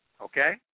Okay